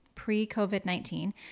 Pre-COVID-19